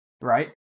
right